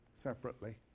separately